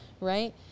Right